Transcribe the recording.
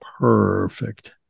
perfect